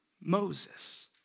Moses